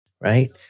right